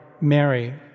Mary